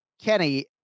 Kenny